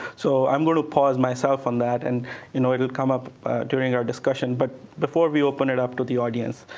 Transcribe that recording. so i'm going to pause myself on that and you know it'll come up during our discussion. but before we open it up to the audience,